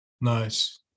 Nice